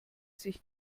sich